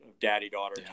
daddy-daughter